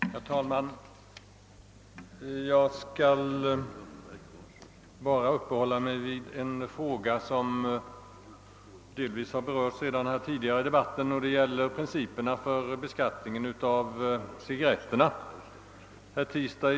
Herr talman! Jag skall endast uppehålla mig vid en enda fråga som delvis har berörts tidigare i debatten. Det gäller principerna för beskattningen av cigarretter.